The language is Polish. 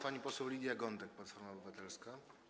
Pani poseł Lidia Gądek, Platforma Obywatelska.